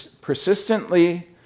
persistently